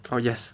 他 yes